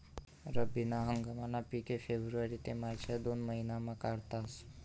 रब्बी ना हंगामना पिके फेब्रुवारी ते मार्च या दोन महिनामा काढातस